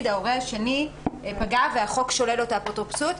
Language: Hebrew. שההורה השני פגע והחוק שולל לו את האפוטרופסות.